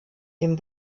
dem